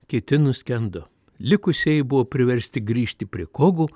kiti nuskendo likusieji buvo priversti grįžti prie kogų